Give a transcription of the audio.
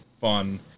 fun